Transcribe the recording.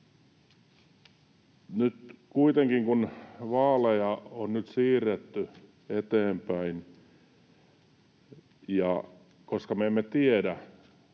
Nyt kuitenkin vaaleja on siirretty eteenpäin, ja koska me emme tiedä